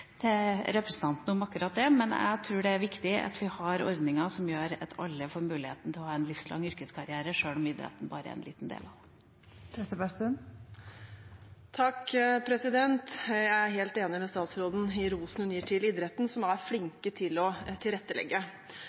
til representanten om akkurat det, men jeg tror det er viktig at vi har ordninger som gjør at alle får muligheten til å ha en livslang yrkeskarriere, sjøl om idretten bare er en liten del av den. Jeg er helt enig med statsråden i rosen hun gir til idretten, som er flink til å tilrettelegge.